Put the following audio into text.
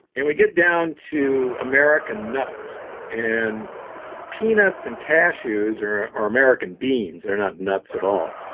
and we get down to american nuts and peanuts and cashews are are american beans, they're not nuts at all.